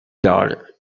daughter